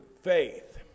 faith